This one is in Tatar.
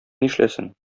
нишләсен